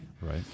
right